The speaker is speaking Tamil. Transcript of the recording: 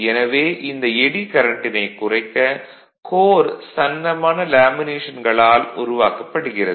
எனவே இந்த எடி கரண்ட்டினை குறைக்க கோர் சன்னமான லேமினேஷன்களால் உருவாக்கப்படுகிறது